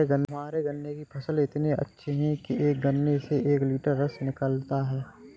हमारे गन्ने के फसल इतने अच्छे हैं कि एक गन्ने से एक लिटर रस निकालता है